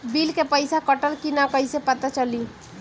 Bill के पइसा कटल कि न कइसे पता चलि?